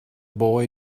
boy